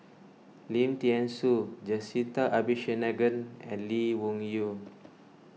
Lim thean Soo Jacintha Abisheganaden and Lee Wung Yew